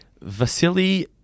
Vasily